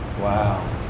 Wow